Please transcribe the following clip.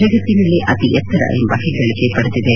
ಜಗತ್ತಿನಲ್ಲೇ ಅತಿ ಎತ್ತರ ಎಂಬ ಪೆಗ್ಗಳಕೆ ಪಡೆದಿದೆ